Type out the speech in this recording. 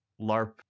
LARP